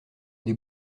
des